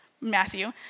Matthew